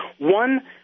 One